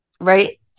Right